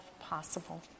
possible